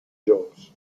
jones